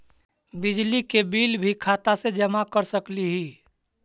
बिजली के बिल भी खाता से जमा कर सकली ही?